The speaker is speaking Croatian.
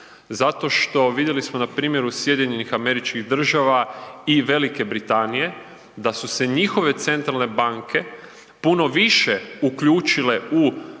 zato što vidjeli smo na primjeru SAD-a i Velike Britanije da su se njihove centralne banke puno više uključile u